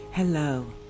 Hello